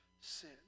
sin